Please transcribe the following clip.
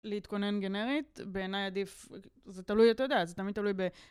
להתכונן גנרית, בעיניי עדיף, זה תלוי, אתה יודע, זה תמיד תלוי ב...